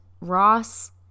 Ross